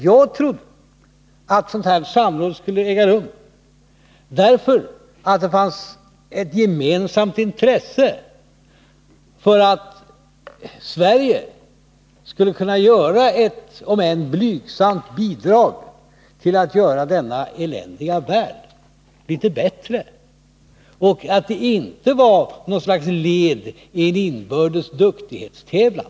Jag trodde att ett sådant samråd skulle äga rum därför att det fanns ett gemensamt intresse för att Sverige skulle kunna bidra, om än blygsamt, till att göra denna eländiga värld litet bättre, och att det inte var ett led i något slags inbördes duktighetstävlan.